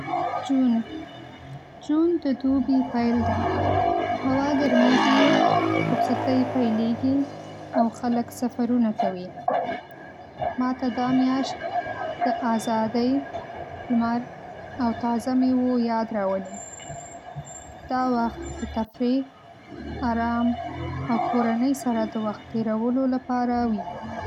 جون جون د دوبي پیل دی. هوا ګرمیږي، رخصتۍ پیلېږي، او خلک سفرونه کوي. ما ته دا میاشت د آزادي، لمر، او تازه میوو یاد راولي. دا وخت د تفریح، آرام او کورنۍ سره د وخت تېرولو لپاره وي.